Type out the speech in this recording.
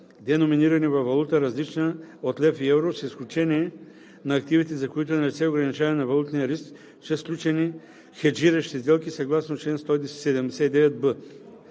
деноминирани във валута, различна от лев и евро, с изключение на активите, за които е налице ограничаване на валутния риск чрез сключени хеджиращи сделки съгласно чл. 179б.